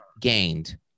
gained